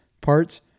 parts